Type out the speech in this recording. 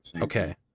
Okay